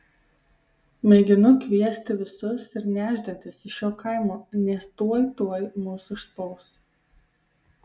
mėginu kviesti visus ir nešdintis iš šio kaimo nes tuoj tuoj mus užspaus